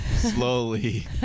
slowly